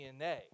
DNA